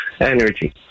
energy